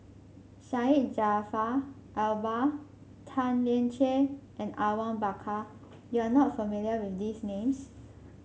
Syed Jaafar Albar Tan Lian Chye and Awang Bakar you are not familiar with these names